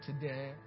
today